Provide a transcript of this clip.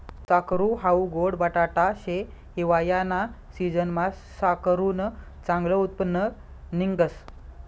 साकरू हाऊ गोड बटाटा शे, हिवायाना सिजनमा साकरुनं चांगलं उत्पन्न निंघस